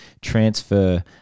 transfer